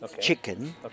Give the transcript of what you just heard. chicken